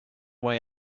way